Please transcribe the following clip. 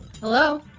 Hello